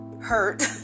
hurt